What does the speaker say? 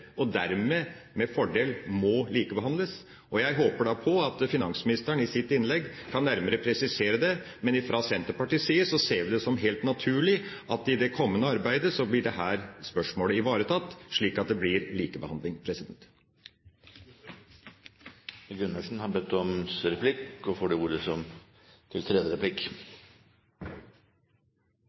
og dermed med fordel må likebehandles. Jeg håper at finansministeren i sitt innlegg kan presisere det nærmere. Men fra Senterpartiets side ser vi det som helt naturlig at i det kommende arbeidet blir dette spørsmålet ivaretatt, slik at det blir likebehandling. Jeg reagerer litt på ordene «manglende poengtering». Saksbehandlingen har gitt mer enn nok mulighet til å rette opp igjen den åpenbare skjevhet det